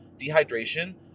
dehydration